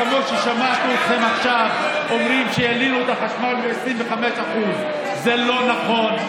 כמו ששמעתי אתכם עכשיו אומרים שהעלינו את החשמל ב-25% זה לא נכון,